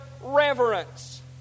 reverence